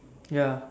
ya